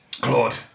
Claude